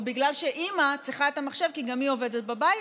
בגלל שאימא צריכה את המחשב כי גם היא עובדת בבית,